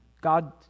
God